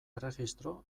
erregistro